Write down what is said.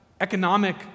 economic